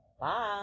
Bye